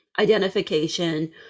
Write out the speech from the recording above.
identification